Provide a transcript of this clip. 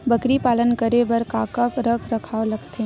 बकरी पालन करे बर काका रख रखाव लगथे?